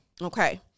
Okay